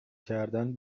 کردن